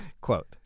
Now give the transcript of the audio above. Quote